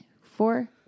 four